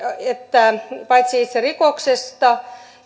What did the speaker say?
että paitsi itse rikoksesta